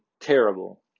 terrible